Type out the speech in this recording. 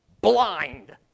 blind